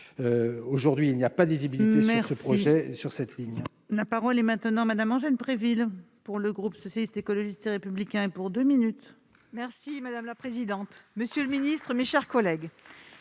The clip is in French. aujourd'hui il n'y a pas de visibilité sur ce projet, sur cette ligne.